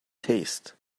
taste